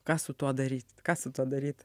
ką su tuo daryt ką su tuo daryt